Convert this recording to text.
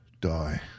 die